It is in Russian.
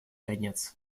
конец